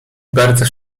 bardzo